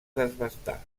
desbastar